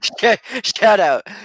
Shout-out